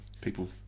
people